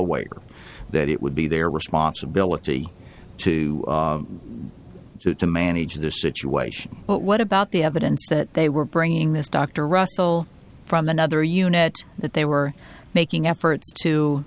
aware that it would be their responsibility to do to manage this situation but what about the evidence that they were bringing this dr russell from another unit that they were making efforts to